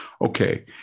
Okay